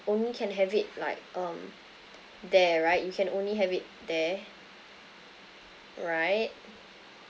only can have it like um there right you can only have it there right